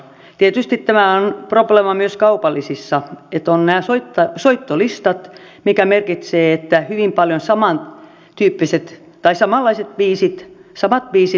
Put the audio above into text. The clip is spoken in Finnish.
tietysti tämä on probleema myös kaupallisissa että on nämä soittolistat mitkä merkitsevät sitä että hyvin paljon samantyyppiset tai samat biisit soivat